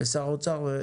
במשרד האוצר,